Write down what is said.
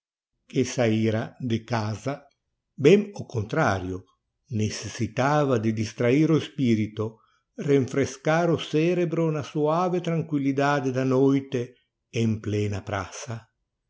que saíra de casa bem ao contrario necessitava de distrahir o espirito refrescar o cerebro na suave tranquillidade da noite em plena praça